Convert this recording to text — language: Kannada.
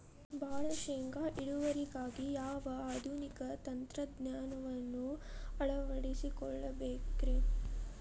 ಭಾಳ ಶೇಂಗಾ ಇಳುವರಿಗಾಗಿ ಯಾವ ಆಧುನಿಕ ತಂತ್ರಜ್ಞಾನವನ್ನ ಅಳವಡಿಸಿಕೊಳ್ಳಬೇಕರೇ?